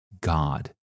God